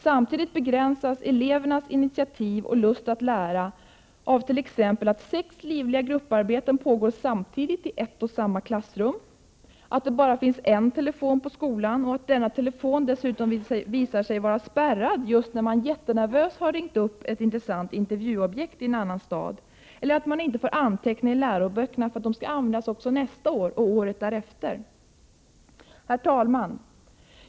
Samtidigt begränsas elevernas initiativ och lust att lära av att sex livliga grupparbeten pågår samtidigt i ett och samma klassrum, att det bara finns en telefon på skolan och att denna telefon dessutom visar sig vara spärrad just när man jättenervös har ringt upp ett intressant intervjuobjekt i en annan stad eller att man inte får anteckna i läroböckerna för att de skall användas också nästa år och året därefter. Herr talman!